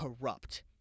corrupt